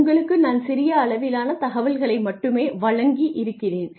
உங்களுக்கு நான் சிறிய அளவிலான தகவல்களை மட்டுமே வழங்கி இருக்கிறேன்